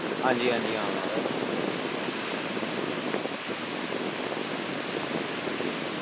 आं जी आं जी आं म्हाराज